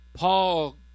Paul